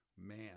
Man